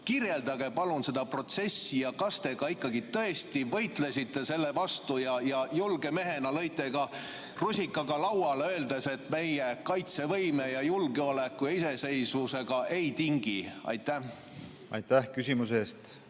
Kirjeldage palun seda protsessi. Kas te ikka tõesti võitlesite selle vastu ja julge mehena lõite ka rusikaga lauale, öeldes, et meie kaitsevõime, julgeoleku ja iseseisvusega ei tingi? Aitäh! Meile kellelegi